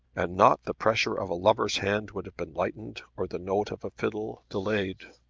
and not the pressure of a lover's hand would have been lightened, or the note of a fiddle delayed.